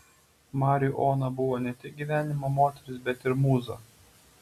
mariui ona buvo ne tik gyvenimo moteris bet ir mūza